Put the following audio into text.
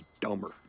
dumber